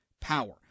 power